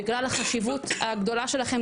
בגלל החשיבות הגדולה שלכם,